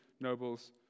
nobles